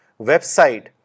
website